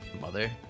mother